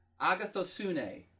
Agathosune